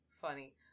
funny